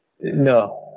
No